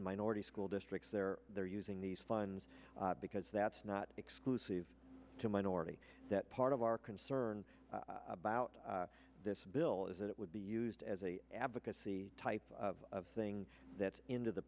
minority school districts where they're using these funds because that's not exclusive to minority that part of our concern about this bill is that it would be used as a advocacy type of thing that into the